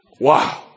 Wow